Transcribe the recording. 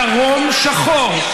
דרום שחור,